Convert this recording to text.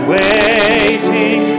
waiting